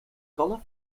kalf